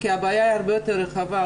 כי הבעיה היא הרבה יותר רחבה.